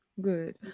good